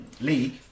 league